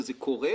וזה קורה,